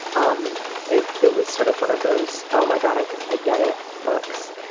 um it it was sort of one of those, oh, my god, i think i get it books.